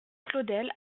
claudel